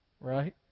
right